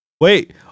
wait